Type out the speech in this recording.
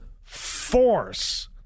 force